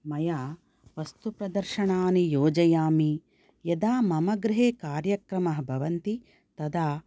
मया वस्तुप्रदर्शनानि योजयामि यदा मम गृहे कार्यक्रमः भवन्ति तदा